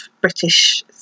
British